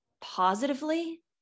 positively